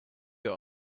you